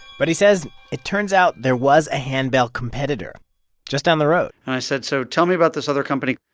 but he says it turns out there was a handbell competitor just down the road and i said, so tell me about this other company.